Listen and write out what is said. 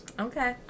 Okay